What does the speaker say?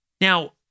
Now